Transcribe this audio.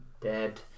dead